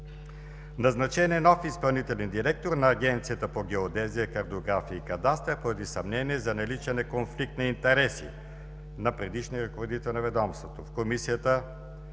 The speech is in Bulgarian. Назначен е нов изпълнителен директор на Агенцията по геодезия, картография и кадастър поради съмнения на наличие на конфликт на интереси на предишния ръководител на ведомството. В Комисията